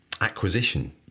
acquisition